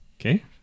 Okay